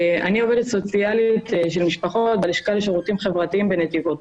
אני עובדת סוציאלית של משפחות בלשכה לשירותים חברתיים בנתיבות.